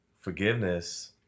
Forgiveness